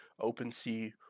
OpenSea